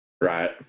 Right